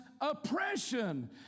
oppression